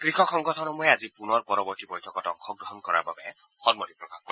কৃষক সংগঠনসমূহে আজি পুনৰ পৰৱৰ্তী বৈঠকত অংশগ্ৰহণ কৰাৰ বাবে সন্মতি প্ৰকাশ কৰে